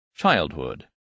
Childhood